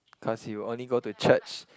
cause you only go to church